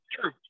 True